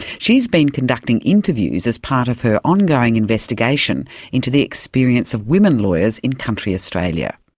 she's been conducting interviews as part of her ongoing investigation into the experience of women lawyers in country australia.